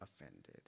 offended